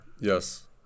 Yes